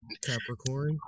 Capricorn